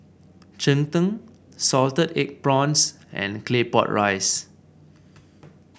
Cheng Tng Salted Egg Prawns and Claypot Rice